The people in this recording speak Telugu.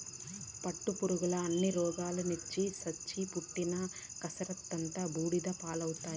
పట్టుపురుగుల అన్ని రోగాలొచ్చి సచ్చి పెట్టిన కర్సంతా బూడిద పాలైనాది